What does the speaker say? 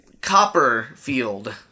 Copperfield